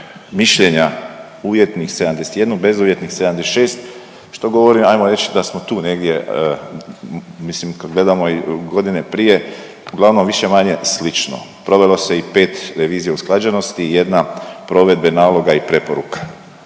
mišljenja uvjetnih 71, bezuvjetnih 76 što govori ajmo reć da smo tu negdje mislim kad gledamo godine prije uglavnom više-manje slično. Provelo se pet revizija usklađenosti, jedna provedba naloga i preporuka.